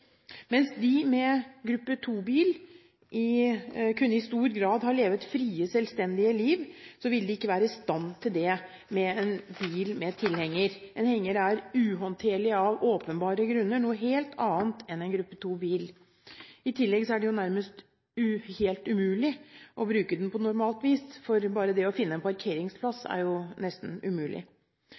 Mens de med en gruppe 2-bil i stor grad kunne ha levd frie, selvstendige liv, ville de ikke vært i stand til dette med en bil med tilhenger. En henger er uhåndterlig av åpenbare grunner og er noe helt annet enn en gruppe 2-bil. I tillegg er det nærmest helt umulig å bruke den på normalt vis, for bare det å finne en parkeringsplass er jo nesten umulig.